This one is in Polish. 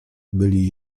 byli